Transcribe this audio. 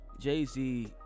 Jay-Z